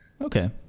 okay